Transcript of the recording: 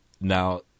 Now